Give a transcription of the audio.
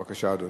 בבקשה, אדוני.